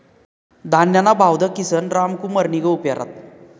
धान्यना भाव दखीसन रामकुमारनी गहू पेरात